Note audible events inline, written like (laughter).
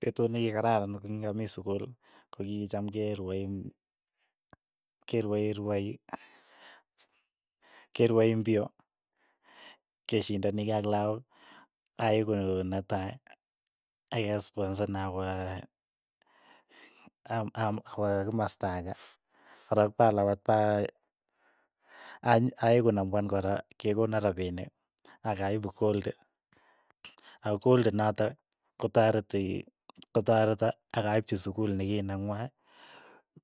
Petut ni kikararan ki ng'amii sukul, ko ki cham ke rwai ke rwae rwaik, ke rawe mpio, keshindani kei ak lakok, aeku netai, akesponsana awa (unintelligible) kimasta ake, arok pa lapat pa a- aaeku namba wan kora, kokona rapinik, akaipu kold, ako kold natak, kotareti kotareto akaipchi sukul nekineng'wai,